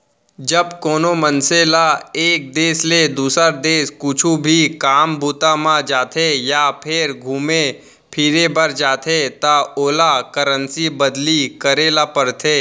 जब कोनो मनसे ल एक देस ले दुसर देस कुछु भी काम बूता म जाथे या फेर घुमे फिरे बर जाथे त ओला करेंसी बदली करे ल परथे